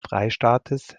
freistaates